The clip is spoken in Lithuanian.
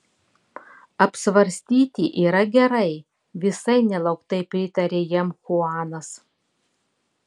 apsvarstyti yra gerai visai nelauktai pritarė jam chuanas